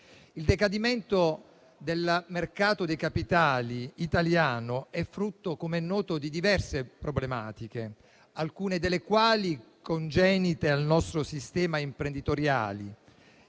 Il decadimento del mercato dei capitali italiano è frutto, come noto, di diverse problematiche, alcune delle quali congenite al nostro sistema imprenditoriale,